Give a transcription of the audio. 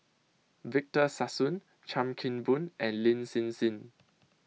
Victor Sassoon Chan Kim Boon and Lin Hsin Hsin